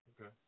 Okay